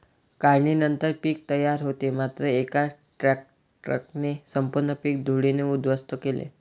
काढणीनंतर पीक तयार होते मात्र एका ट्रकने संपूर्ण पीक धुळीने उद्ध्वस्त केले